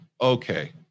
okay